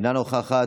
אינה נוכחת,